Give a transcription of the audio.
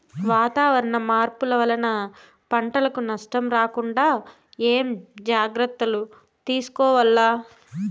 వాతావరణ మార్పులు వలన పంటలకు నష్టం రాకుండా ఏమేం జాగ్రత్తలు తీసుకోవల్ల?